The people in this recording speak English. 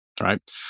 right